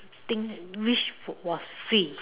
thing wish was free